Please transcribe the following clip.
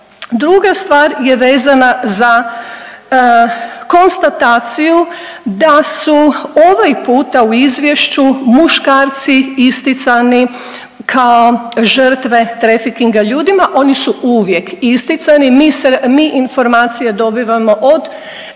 Druga stvar je vezana za konstataciju da su ovaj puta u izvješću muškarci isticani kao žrtve trafficking ljudima, oni su uvijek isticani, mi se, mi informacije dobivamo od